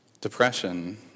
depression